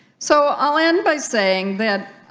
so i'll end by saying that